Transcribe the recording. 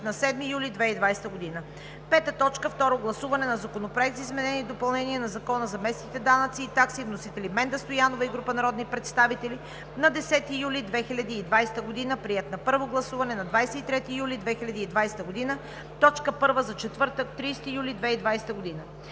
7 юли 2020 г. 5. Второ гласуване на Законопроекта за изменение и допълнение на Закона за местните данъци и такси. Вносители: Менда Стоянова и група народни представители, 10 юли 2020 г., приет на първо гласуване на 23 юли 2020 г. – точка първа за четвъртък, 30 юли 2020 г.